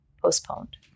postponed